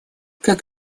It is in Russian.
как